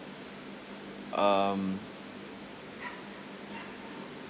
um